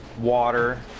water